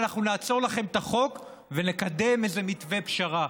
אנחנו נעצור לכם את החוק ונקדם איזה מתווה פשרה.